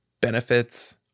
benefits